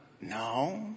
no